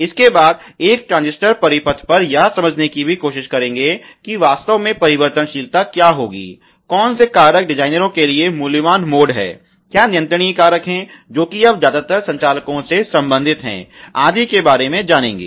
इसके बाद एक ट्रांजिस्टर परिपथ पर यह समझने की भी कोशिश करें कि वास्तव में परिवर्तनशीलता क्या होगी कौन से कारक डिजाइनरों के लिए मूल्यवान मोड है क्या नियंत्रणीय कारक है जो कि आप ज्यादातर संचालकों से संबंधित हैं आदि के बारे में जानते हैं